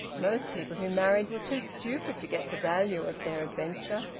most people who married were too stupid to get the value of their adventure.